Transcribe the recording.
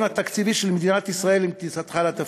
התקציבי של מדינת ישראל עם כניסתך לתפקיד,